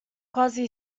quasi